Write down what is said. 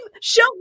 show